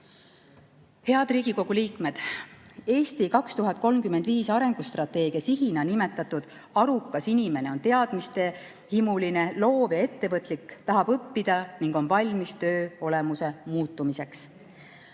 Head Riigikogu liikmed! "Eesti 2035" arengustrateegia sihina nimetatud arukas inimene on teadmishimuline, loov ja ettevõtlik, ta tahab õppida ning on valmis töö olemuse muutumiseks.